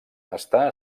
està